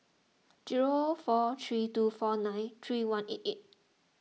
zero four three two four nine three one eight eight